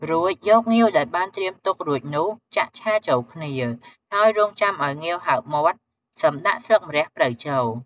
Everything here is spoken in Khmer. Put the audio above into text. រួចយកងាវដែលបានត្រៀមទុករួចនោះចាក់ឆាចូលគ្នា ហើយរងចាំអោយងាវហើបមាត់សឹមដាក់ស្លឹកម្រះព្រៅចូល។